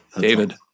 David